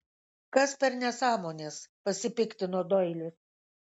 kas per nesąmonės pasipiktino doilis